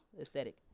aesthetic